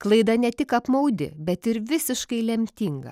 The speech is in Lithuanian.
klaida ne tik apmaudi bet ir visiškai lemtinga